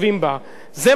זה מה שאתם רוצים?